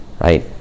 right